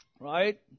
Right